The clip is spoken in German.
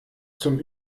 zum